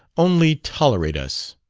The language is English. only tolerate us.